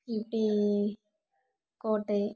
இப்படி கோட்டை